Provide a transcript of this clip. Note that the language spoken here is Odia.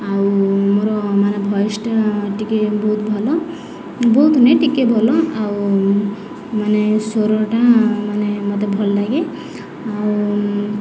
ଆଉ ମୋର ମାନେ ଭଏସ୍ଟା ଟିକେ ବହୁତ ଭଲ ବହୁତ ନୁହେଁ ଟିକେ ଭଲ ଆଉ ମାନେ ସ୍ୱରଟା ମାନେ ମୋତେ ଭଲ ଲାଗେ ଆଉ